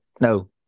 no